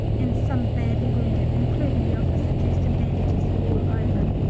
and some badly wounded, including the officer dressed in bandages all over.